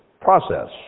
process